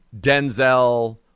Denzel